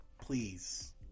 Please